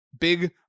big